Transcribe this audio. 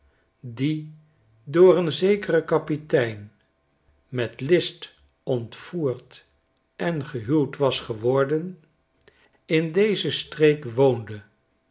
die door een zekeren kapitein met list ontvoerd en gehuwd was geworden in deze streek woonde